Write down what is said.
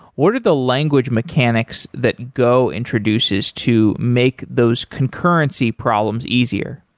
what are the language mechanics that go introduces to make those concurrency problems easier?